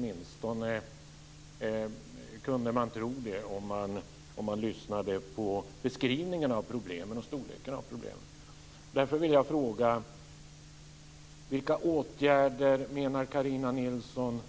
Man kunde tro det, åtminstone när man lyssnade till beskrivningen av problemen och deras storlek. Ohlsson